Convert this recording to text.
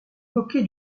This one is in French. moquer